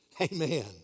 Amen